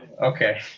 Okay